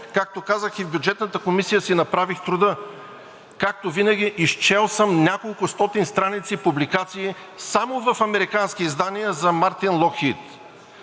както казах и в Бюджетната комисия, си направих труда – както винаги, изчел съм няколкостотин страници публикации само в американски издания за „Локхийд